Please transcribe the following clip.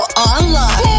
online